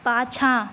पाछाँ